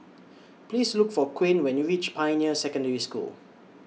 Please Look For Quinn when YOU REACH Pioneer Secondary School